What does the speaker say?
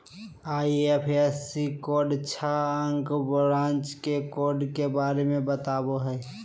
IFSC code छह अंक branch के कोड के बारे में बतावो हइ